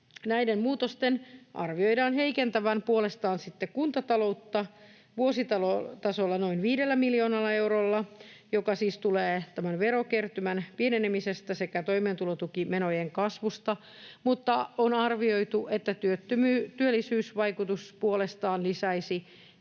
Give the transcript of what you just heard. Näiden muutosten arvioidaan heikentävän puolestaan sitten kuntataloutta vuositulotasolla noin 5 miljoonalla eurolla, joka siis tulee tämän verokertymän pienenemisestä sekä toimeentulotukimenojen kasvusta. Mutta on arvioitu, että työllisyysvaikutus puolestaan lisäisi